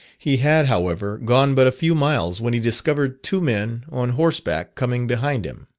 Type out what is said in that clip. he had, however, gone but a few miles, when he discovered two men on horseback coming behind him.